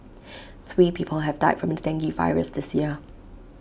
three people have died from the dengue virus this year